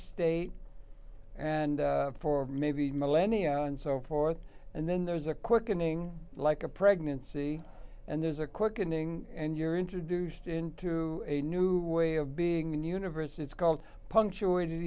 state and for maybe millennia and so forth and then there's a quickening like a pregnancy and there's a quickening and you're introduced into a new way of being a new universe it's called punctuated